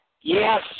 Yes